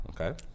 okay